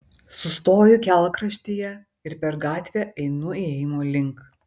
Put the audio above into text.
sustoju kelkraštyje ir per gatvę einu įėjimo link